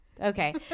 Okay